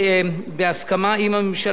בהסכמה עם הממשלה,